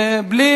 ובלי,